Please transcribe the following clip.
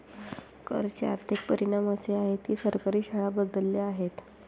कर चे आर्थिक परिणाम असे आहेत की सरकारी शाळा बदलल्या आहेत